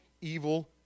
evil